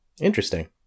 Interesting